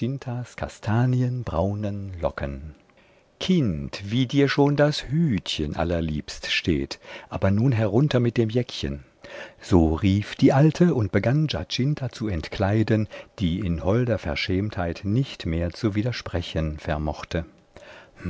kastanienbraunen locken kind wie dir schon das hütchen allerliebst steht aber nun herunter mit dem jäckchen so rief die alte und begann giacinta zu entkleiden die in holder verschämtheit nicht mehr zu widersprechen